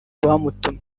bamutumiye